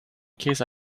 case